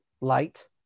light